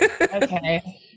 Okay